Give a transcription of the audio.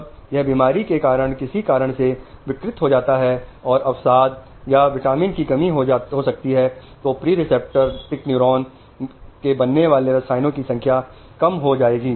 जब यह बीमारी के कारण किसी कारण से विकृत हो जाता है और अवसाद या कुछ विटामिन की कमी हो सकती है तो प्रीसानेप्टिक न्यूरॉन में बनने वाले रसायनों की संख्या कम हो जाएगी